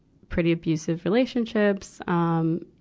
pretty abusive relationships, um,